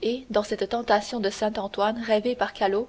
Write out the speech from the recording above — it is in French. et dans cette tentation de saint antoine rêvée par callot